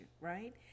right